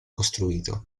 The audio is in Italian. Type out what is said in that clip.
costruito